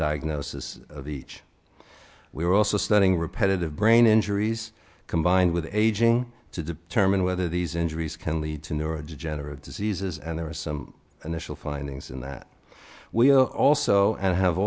diagnosis each we are also studying repetitive brain injuries combined with aging to determine whether these injuries can lead to neurodegenerative diseases and there are some initial findings in that we'll also and have